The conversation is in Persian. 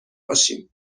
باشیم